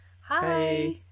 Hi